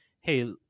hey